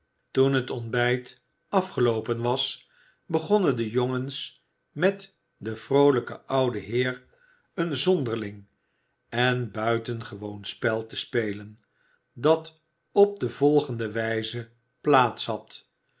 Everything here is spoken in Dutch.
toen het ontbijt afgeloopen was begonnen de jongens met den vroolij'ken ouden heer een zonderling en buitengewoon spel te spelen dat op de volgende wijze plaats had